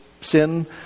sin